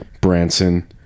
Branson